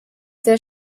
sehr